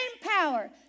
power